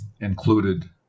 included